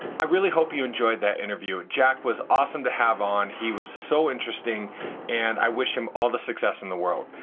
i really hope you enjoyed that interview. jack was awesome to have on. he was so interesting and i wish him all the success in the world,